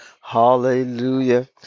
hallelujah